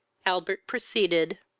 albert proceeded